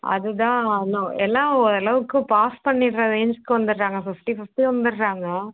அதுதான் இன்னும் எல்லாம் ஓரளவுக்கு பாஸ் பண்ணிவிடுற ரேஞ்சுக்கு வந்துவிடுறாங்க ஃபிஃப்டி ஃபிஃப்டி வந்துவிடுறாங்க